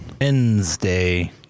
Wednesday